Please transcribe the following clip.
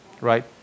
right